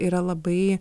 yra labai